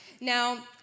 Now